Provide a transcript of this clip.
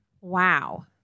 Wow